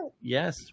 Yes